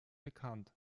bekannt